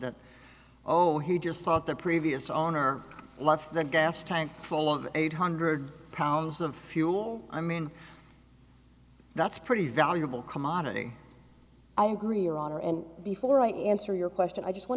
that oh he just thought the previous owner left their gas tank along eight hundred pounds of fuel i mean that's pretty valuable commodity i agree your honor and before i answer your question i just want